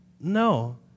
no